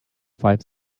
five